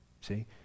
See